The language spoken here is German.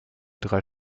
drei